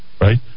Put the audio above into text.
right